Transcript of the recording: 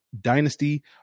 dynasty